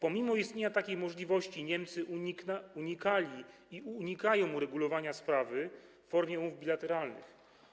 Pomimo istnienia takiej możliwości, Niemcy unikali i unikają uregulowania sprawy w formie umów bilateralnych.